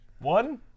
One